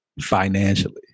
Financially